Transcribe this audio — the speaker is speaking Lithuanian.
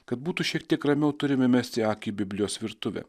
kad būtų šiek tiek ramiau turime mesti akį į biblijos virtuvę